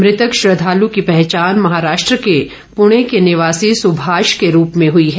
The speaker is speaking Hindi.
मृतक श्रद्वालु की पहचान महाराष्ट्र के पुणे के निवासी सुभाष के रूप में हुई है